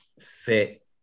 fit